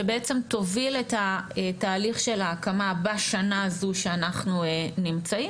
שבעצם תוביל את התהליך של ההקמה בשנה הזו שאנחנו נמצאים,